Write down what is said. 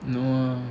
no ah